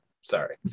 Sorry